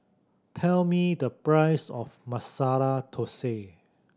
tell me the price of Masala Thosai